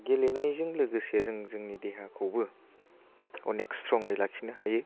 गेलेनायजों लोगोसे जों जोंनि देहाखौबो अनेक स्त्रंयै लाखिनो हायो